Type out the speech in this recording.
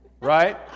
Right